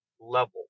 level